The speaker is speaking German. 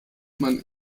man